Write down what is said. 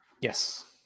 Yes